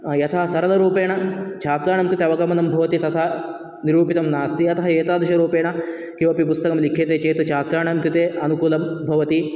यथा सर्वरूपेण छात्राणां कृते अवगमनं भवति तथा निरूपितं नास्ति अतः एतादृश रूपेण किमपि पुस्तकं लिख्यते चेत् छात्राणां कृते अनुकूलं भवति